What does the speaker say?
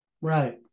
Right